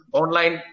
online